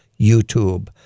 YouTube